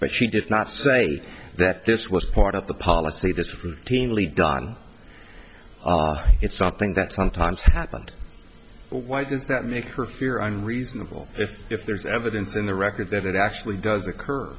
but she did not say that this was part of the policy this routinely done it's something that sometimes happened why does that make her fear and reasonable if if there's evidence in the record that it actually does